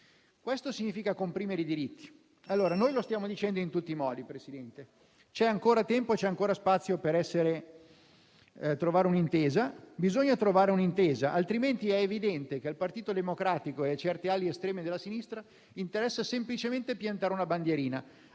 Questo significa comprimere i diritti. Stiamo dicendo in tutti i modi, signor Presidente, che c'è ancora tempo e ancora spazio per trovare un'intesa; bisogna trovarla altrimenti è evidente che al Partito Democratico e a certe ali estreme della sinistra interessa semplicemente piantare una bandierina,